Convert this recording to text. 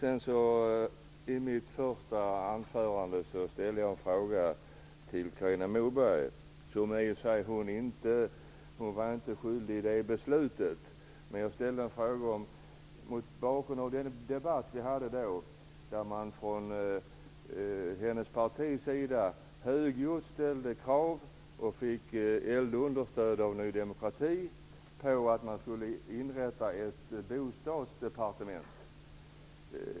I mitt huvudanförande ställde jag en fråga till Carina Moberg, även om hon inte var medskyldig till beslutet ifråga. Jag ställde frågan mot bakgrund av den debatt man hade vid det tillfället då man från Carina Mobergs partis sida högljutt ställde krav, och fick eldunderstöd av Ny demokrati, på att det skulle inrättas ett bostadsdepartement.